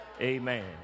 amen